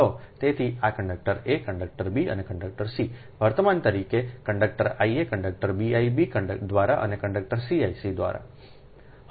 તેથી આ conductor a conductor b અને કંડક્ટર c વર્તમાન તરીકે conductor I a conductor b I b દ્વારા અને કંડક્ટર c I c દ્વારા